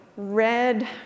red